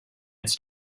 its